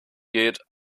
geht